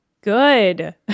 Good